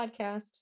podcast